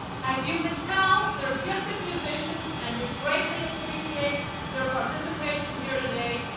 as you can tell they are gifted musicians and we greatly appreciate their participation here today.